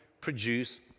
produce